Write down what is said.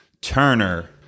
Turner